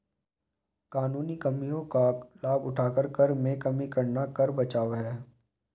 कानूनी कमियों का लाभ उठाकर कर में कमी करना कर बचाव है